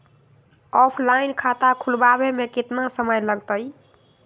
Offline खाता खुलबाबे में केतना समय लगतई?